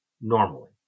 normally